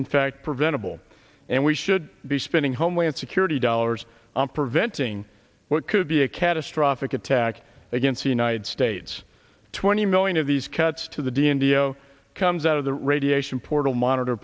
in fact preventable and we should be spending homeland security dollars on preventing what could be a catastrophic attack against the united states twenty million of these cuts to the d m d a comes out of the radiation portal monitor